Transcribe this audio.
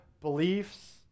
beliefs